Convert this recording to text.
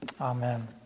Amen